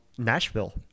Nashville